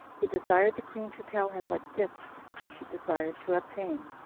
he desired the queen to tell him what gifts she desired to obtain,